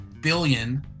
billion